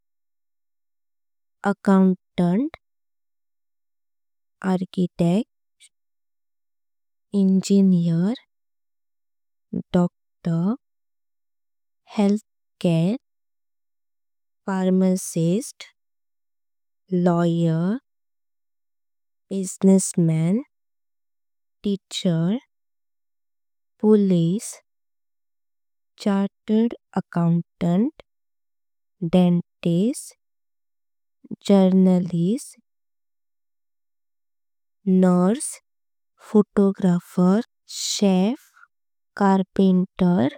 Accountant, architect, doctor, healthcare. Pharmacist, lawyer, businessman, teacher, police. Chartered accountant, engineer, dentist. Journalist, nurse, chef, photographer, car painter.